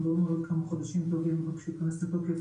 אנחנו נראה עוד כמה חודשים טובים רק שהוא ייכנס לתוקף,